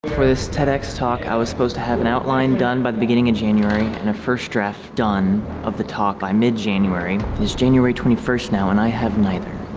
for this tedx talk i was supposed to have an outline done by the beginning in january and a first draft done of the talk by mid january is january twenty first now and i have neither?